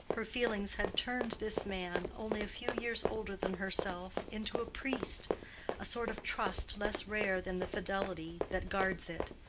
her feelings had turned this man, only a few years older than herself, into a priest a sort of trust less rare than the fidelity that guards it.